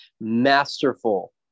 masterful